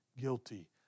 guilty